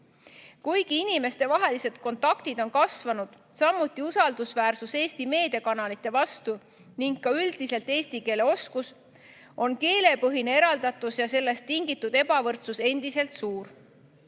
Kuigi inimestevahelised kontaktid on kasvanud, samuti usaldus Eesti meediakanalite vastu ning üldiselt ka eesti keele oskus, on keelepõhine eraldatus ja sellest tingitud ebavõrdsus endiselt suur.